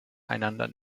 einander